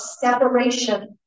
separation